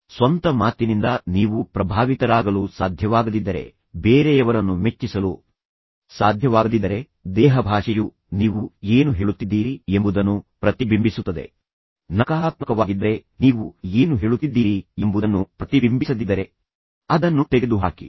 ನಿಮ್ಮ ಸ್ವಂತ ಮಾತಿನಿಂದ ನೀವು ಪ್ರಭಾವಿತರಾಗಲು ಸಾಧ್ಯವಾಗದಿದ್ದರೆ ಬೇರೆಯವರನ್ನು ಮೆಚ್ಚಿಸಲು ಸಾಧ್ಯವಾಗದಿದ್ದರೆ ದೇಹಭಾಷೆಯು ನೀವು ಏನು ಹೇಳುತ್ತಿದ್ದೀರಿ ಎಂಬುದನ್ನು ಪ್ರತಿಬಿಂಬಿಸುತ್ತದೆ ಮತ್ತು ಯಾವುದೇ ಗೆಸ್ಚರ್ ಗಮನವನ್ನು ಬೇರೆಡೆಗೆ ಸೆಳೆಯುತ್ತದೆ ನಕಾರಾತ್ಮಕವಾಗಿದ್ದರೆ ಮತ್ತು ನೀವು ಏನು ಹೇಳುತ್ತಿದ್ದೀರಿ ಎಂಬುದನ್ನು ಪ್ರತಿಬಿಂಬಿಸದಿದ್ದರೆ ಅದನ್ನು ತೆಗೆದುಹಾಕಿ